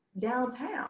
downtown